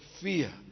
fear